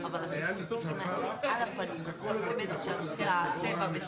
אבל תכף ננסה לסכם.